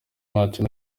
ntacyo